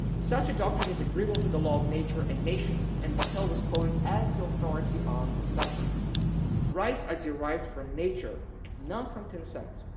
such a doctrine is agreeable to the law of nature and nations and vattel was quoted, as the authority on the subject rights are derived from nature not from consent.